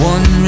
One